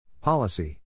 Policy